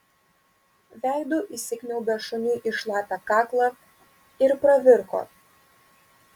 veidu įsikniaubė šuniui į šlapią kaklą ir pravirko